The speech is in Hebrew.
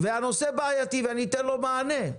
הנושא בעייתי ואנחנו ניתן לו מענה.